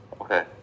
Okay